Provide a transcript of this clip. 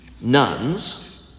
nuns